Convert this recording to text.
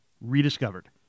rediscovered